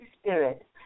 spirit